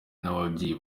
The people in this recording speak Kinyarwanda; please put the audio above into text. n’ababyeyi